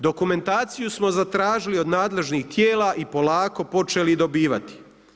Dokumentaciju smo zatražili od nadležnim tijela i polako počeli dobivati.